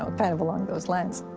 ah kind of along those lines.